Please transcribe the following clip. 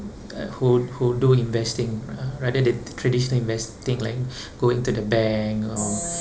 uh who who do investing ra~ rather than traditional investing like going to the bank or